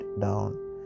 down